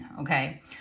okay